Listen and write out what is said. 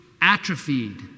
atrophied